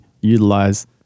utilize